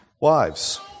Wives